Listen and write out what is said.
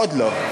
עוד לא.